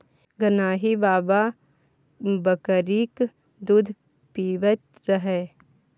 गान्ही बाबा बकरीक दूध पीबैत रहय